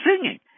singing